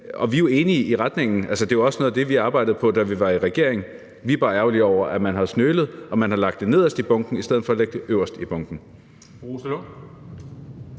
Vi er enige i retningen; det var også noget af det, vi arbejdede på, da vi var i regering. Vi er bare ærgerlige over, at man har smølet og har lagt det nederst i bunken i stedet for at lægge det øverst i bunken.